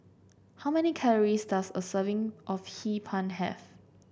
how many calories does a serving of Hee Pan have